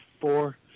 four